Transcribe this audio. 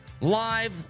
live